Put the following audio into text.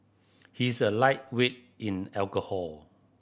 he is a lightweight in alcohol